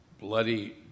bloody